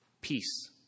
peace